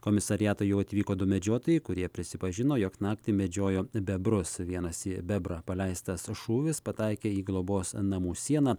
komisariatą jau atvyko du medžiotojai kurie prisipažino jog naktį medžiojo bebrus vienas į bebrą paleistas šūvis pataikė į globos namų sieną